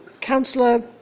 Councillor